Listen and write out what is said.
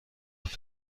بوده